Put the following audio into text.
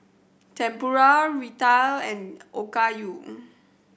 Tempura Raita and Okayu